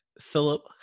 Philip